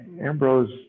Ambrose